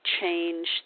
change